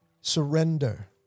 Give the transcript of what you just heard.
Surrender